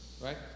Right